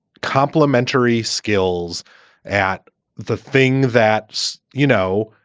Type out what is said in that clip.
complementary skills at the thing that's, you know,